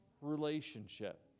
Relationship